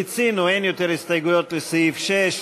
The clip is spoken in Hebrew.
מיצינו, אין יותר הסתייגויות לסעיף 6,